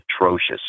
Atrocious